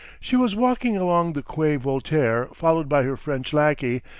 she was walking along the quai voltaire, followed by her french lackey,